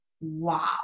Wow